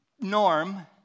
norm